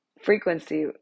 frequency